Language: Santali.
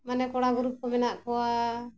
ᱢᱟᱱᱮ ᱠᱚᱲᱟ ᱜᱩᱨᱩᱯ ᱠᱚ ᱢᱮᱱᱟᱜ ᱠᱚᱣᱟ